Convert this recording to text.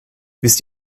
wisst